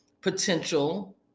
potential